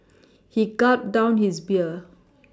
he gulped down his beer